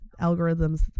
Algorithms